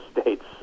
states